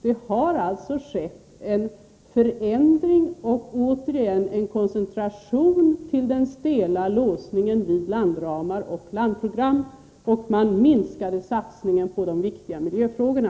Det har alltså skett en förändring och återigen en koncentration till den stela låsningen vid landramar och landprogram, och socialdemokraterna har minskat satsningen på de viktiga miljöfrågorna.